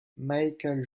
michael